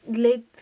glade